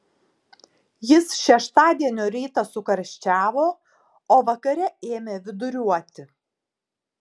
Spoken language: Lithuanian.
jis šeštadienio rytą sukarščiavo o vakare ėmė viduriuoti